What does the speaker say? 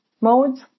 modes